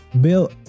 Bill